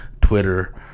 Twitter